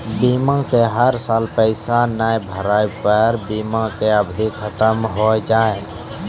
बीमा के हर साल पैसा ना भरे पर बीमा के अवधि खत्म हो हाव हाय?